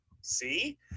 see